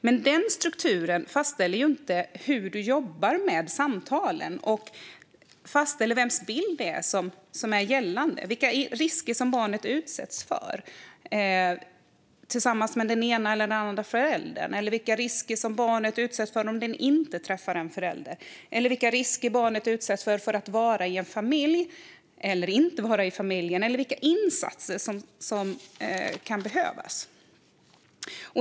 Men den strukturen fastställer inte hur du jobbar med samtalen, vilken bild som gäller och vilka risker som barnet utsätts för tillsammans med den ena eller andra föräldern, eller vilka risker barnet utsätts för om den inte träffar en förälder, eller vilka risker barnet utsätts för genom att placeras i eller inte placeras i en familj eller vilka insatser som kan behövas.